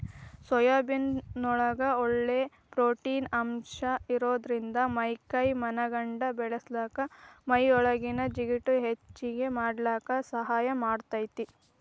soybean ನೊಳಗ ಒಳ್ಳೆ protein ಅಂಶ ಇರೋದ್ರಿಂದ ಮೈ ಕೈ ಮನಗಂಡ ಬೇಳಸಾಕ ಮೈಯಾಗಿನ ಜಿಗಟ್ ಹೆಚ್ಚಗಿ ಮಾಡ್ಲಿಕ್ಕೆ ಸಹಾಯ ಮಾಡ್ತೆತಿ